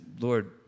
Lord